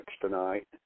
tonight